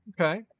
Okay